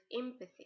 empathy